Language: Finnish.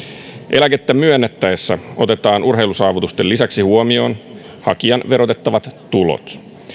eläkettä myönnettäessä otetaan urheilusaavutusten lisäksi huomioon hakijan verotettavat tulot